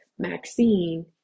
maxine